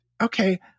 okay